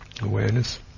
awareness